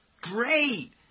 Great